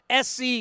SC